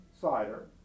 cider